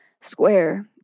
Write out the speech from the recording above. square